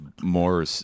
more